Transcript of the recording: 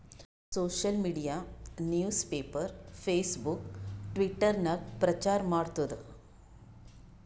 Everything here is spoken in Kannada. social media newspaper, Facebook, Twitter ನಾಗ್ ಪ್ರಚಾರ್ ಮಾಡ್ತುದ್